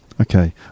Okay